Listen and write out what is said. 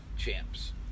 Champs